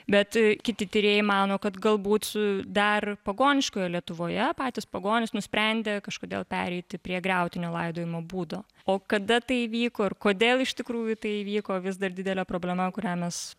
bet kiti tyrėjai mano kad galbūt su dar pagoniškoje lietuvoje patys pagonys nusprendė kažkodėl pereiti prie griautinio laidojimo būdo o kada tai įvyko ir kodėl iš tikrųjų tai įvyko vis dar didelė problema kurią mes